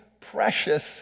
precious